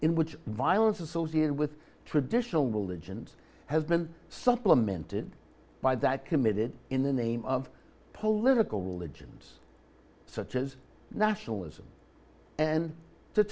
in which violence associated with traditional religions has been supplemented by that committed in the name of political religions such as nationalism and t